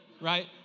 right